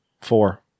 four